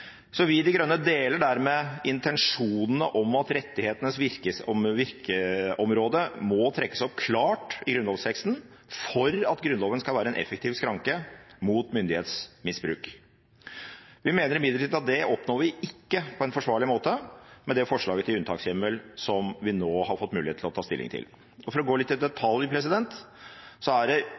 Vi i De Grønne deler dermed intensjonene om at rettighetenes virkeområde må trekkes opp klart i grunnlovsteksten for at Grunnloven skal være en effektiv skranke mot myndighetsmisbruk. Vi mener imidlertid at det oppnår vi ikke på en forsvarlig måte med det forslaget til unntakshjemmel som vi nå har fått mulighet til å ta stilling til. For å gå litt i detalj: Det er i unntaksbestemmelsen som er